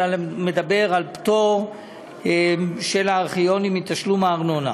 אלא מדבר על פטור של הארכיונים מתשלום הארנונה.